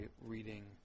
reading